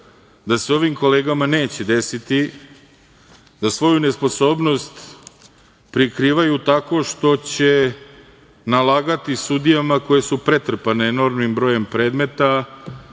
da se ovim kolegama neće desiti da svoju nesposobnost prikrivaju tako što će nalagati sudijama koje su pretrpane enormnim brojem predmeta